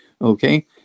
okay